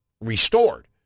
restored